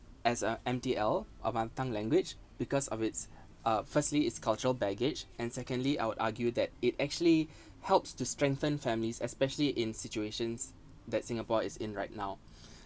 as a M_T_L uh mo~ tongue language because of its uh firstly its cultural baggage and secondly I would argue that it actually helps to strengthen families especially in situations that singapore is in right now